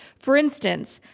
for instance,